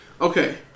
Okay